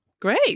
great